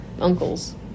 uncles